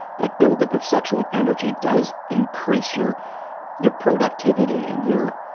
that build up of sexual energy does increase your your productivity and your